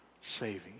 saving